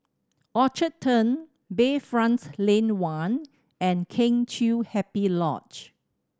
Orchard Turn Bayfront Lane One and Kheng Chiu Happy Lodge